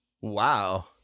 Wow